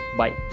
bye